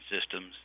systems